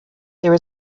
there